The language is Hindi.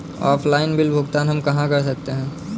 ऑफलाइन बिल भुगतान हम कहां कर सकते हैं?